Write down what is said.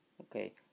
Okay